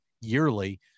yearly